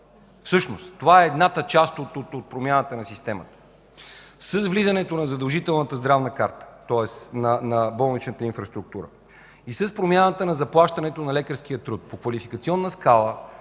Всъщност това е едната част от промяната на системата. С влизането на задължителната здравна карта, тоест на болничната инфраструктура, и с промяната на заплащането на лекарския труд по квалификационна скала,